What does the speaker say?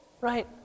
Right